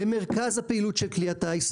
למרכז הפעילות של כלי הטיס,